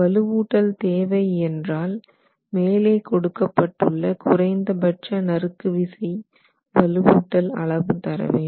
வலுவூட்டல் தேவை என்றால் மேலே கொடுக்கப்பட்டுள்ள குறைந்தபட்ச நறுக்கு விசை வலுவூட்டல் அளவு தர வேண்டும்